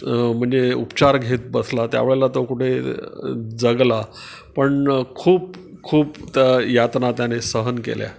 म्हणजे उपचार घेत बसला त्या वेळेला तो कुठे जगला पण खूप खूप त् यातना त्याने सहन केल्या